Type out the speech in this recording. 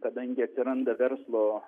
kadangi atsiranda verslo